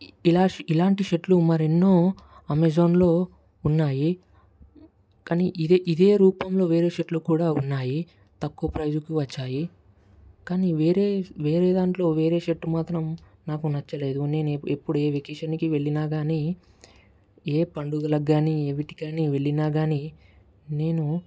ఇలా ఇలాంటి షర్టులు మరెన్నో అమెజాన్లో ఉన్నాయి కనీ ఇదే ఇదే రూపంలో వేరే షర్టులు ఉన్నాయి తక్కువ ప్రైజ్కు వచ్చాయి కానీ వేరే దాంట్లో వేరే షర్ట్ మాత్రం నాకు నచ్చలేదు నేను ఏ వెకేషన్కి వెళ్ళినా కానీ ఏ పండుగలకి కానీ ఏవిటికి కానీ వెళ్ళినా కానీ నేను